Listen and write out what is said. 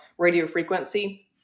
radiofrequency